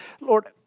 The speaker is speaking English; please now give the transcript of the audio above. Lord